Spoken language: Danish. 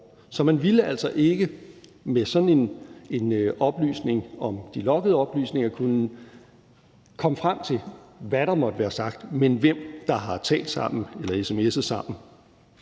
Så man ville altså ikke med sådan en oplysning om de loggede oplysninger kunne komme frem til, hvad der måtte være sagt, men hvem der har talt sammen eller sms'et sammen.